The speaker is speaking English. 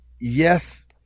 Yes